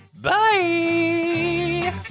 bye